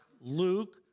Luke